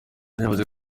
yavuze